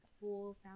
full